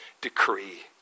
decree